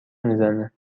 میزنه